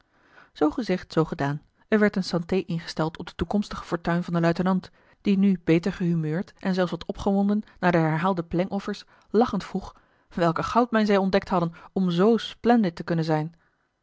gezegd zoo gedaan er werd eene santee ingesteld op de toekomstige fortuin van den luitenant die nu beter gehumeurd en zelfs wat opgewonden na de herhaalde plengoffers lachend vroeg welke goudmijn zij ontdekt hadden om z splendied te kunnen zijn